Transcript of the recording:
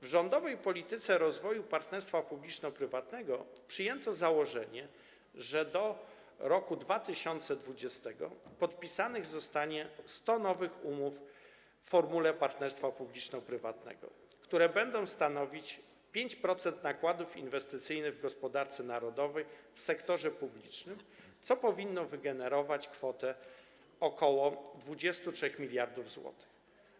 W rządowej polityce rozwoju partnerstwa publiczno-prywatnego przyjęto założenie, że do roku 2020 podpisanych zostanie 100 nowych umów w formule partnerstwa publiczno-prywatnego, których wartość będzie stanowić 5% nakładów inwestycyjnych w gospodarce narodowej w sektorze publicznym, co powinno wygenerować kwotę w wysokości ok. 23 mld zł.